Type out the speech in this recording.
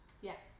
Yes